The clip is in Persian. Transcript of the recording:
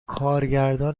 کارگردان